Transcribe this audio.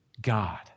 God